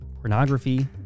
pornography